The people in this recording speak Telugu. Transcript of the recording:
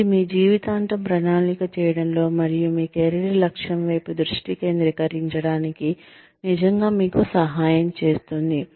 ఇది మీ జీవితాంతం ప్రణాళిక చేయడంలో మరియు మీ కెరీర్ లక్ష్యం వైపు దృష్టి కేంద్రీకరించడానికి నిజంగా మీకు సహాయం చేస్తుంది